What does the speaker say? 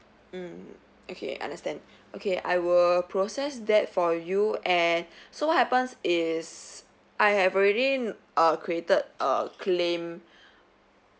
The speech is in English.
mm okay understand okay I will process that for you and so what happens is I have already err created a claim